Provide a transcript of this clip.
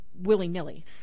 willy-nilly